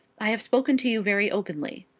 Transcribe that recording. i have spoken to you very openly.